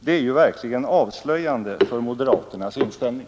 Det är verkligen avslöjande för moderaternas inställning